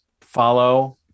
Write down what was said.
follow